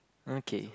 okay